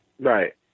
Right